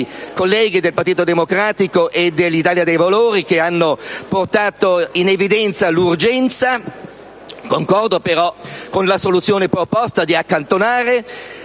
colleghi del Partito Democratico e dell'Italia dei Valori, che hanno messo in evidenza l'urgenza di questi temi; concordo, però, con la soluzione proposta di accantonare